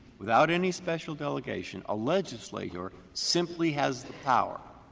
without any special delegation, a legislator simply has the power,